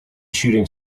shooting